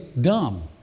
dumb